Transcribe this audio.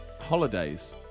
holidays